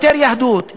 יותר יהדות,